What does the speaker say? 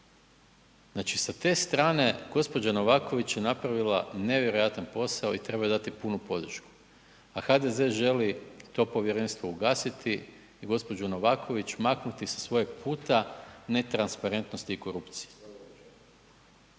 Znači sa te strane gospođa Novaković je napravila nevjerojatan posao i treba joj dati punu podršku. A HDZ želi to povjerenstvo ugasiti i gospođu Novaković maknuti sa svoga puta netransparentnosti i korupcije.